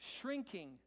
shrinking